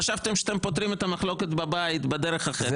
חשבתם שאתם פותרים את המחלוקת בבית בדרך אחרת,